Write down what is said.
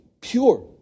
pure